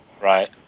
Right